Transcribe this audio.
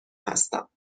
هستم